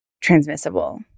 transmissible